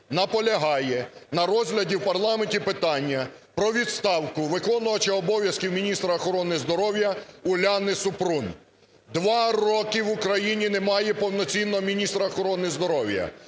наполягає на розгляді в парламенті питання про відставку виконуючого обов'язки міністра охорони здоров'я Уляни Супрун. Два роки в Україні немає повноцінного міністра охорони здоров'я,